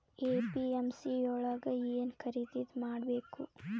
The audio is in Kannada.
ಎ.ಪಿ.ಎಮ್.ಸಿ ಯೊಳಗ ಏನ್ ಖರೀದಿದ ಮಾಡ್ಬೇಕು?